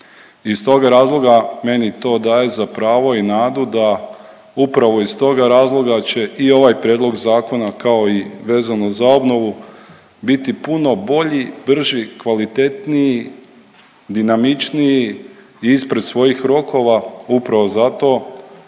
iz toga razloga meni to daje za pravo i nadu da upravo iz toga razloga će i ovaj prijedlog zakona kao i vezano za obnovu, biti puno bolji, brži, kvalitetniji, dinamičniji i ispred svojih rokova, upravo zato